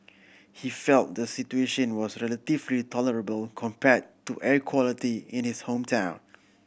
he felt the situation was relatively tolerable compared to air quality in his hometown